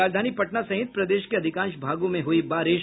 और राजधानी पटना सहित प्रदेश के अधिकांश भागों में हुई बारिश